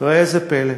ראה זה פלא.